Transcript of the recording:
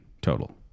total